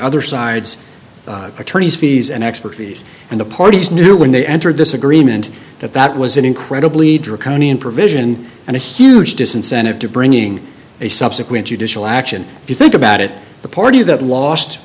other side's attorneys fees and expertise and the parties knew when they entered this agreement that that was an incredibly draconian provision and a huge disincentive to bringing a subsequent judicial action if you think about it the party that lost